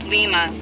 Lima